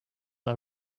are